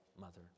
mother